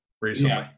recently